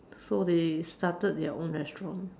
so they started their own restaurant